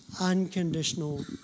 unconditional